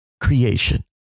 creation